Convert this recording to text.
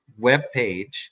webpage